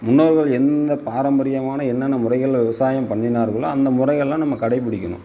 முன்னோர்கள் எந்த பாரம்பரியமான என்னென்ன முறைகளில் விவசாயம் பண்ணிணார்களோ அந்த முறைகளெலாம் நம்ம கடைப்பிடிக்கணும்